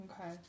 Okay